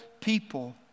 people